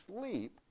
sleep